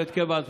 השדרן מכאן,